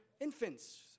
infants